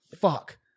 fuck